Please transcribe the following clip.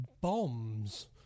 bombs